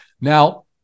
Now